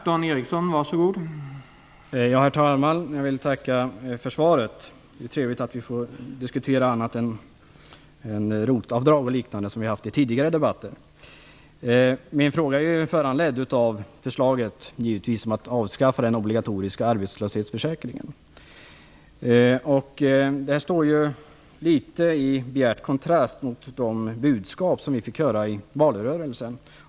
Herr talman! Jag vill tacka för svaret. Det är trevligt att vi får diskutera något annat än ROT avdrag och liknande som vi har gjort i tidigare debatter. Min fråga är givetvis föranledd av förslaget om att avskaffa den obligatoriska arbetslöshetsförsäkringen. Det står i bjärt kontrast mot de budskap om just arbetslöshetsförsäkringen som vi fick höra i valrörelsen.